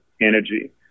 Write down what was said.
energy